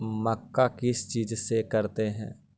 मक्का किस चीज से करते हैं?